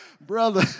brother